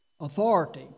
Authority